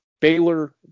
Baylor